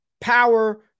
power